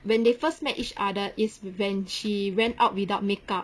when they first met each other is when she went out without makeup